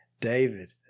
David